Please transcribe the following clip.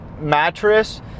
mattress